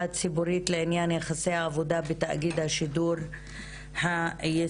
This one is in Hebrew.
הציבורית לעניין יחסי העבודה בתאגיד השידור הישראלי.